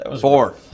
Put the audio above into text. Four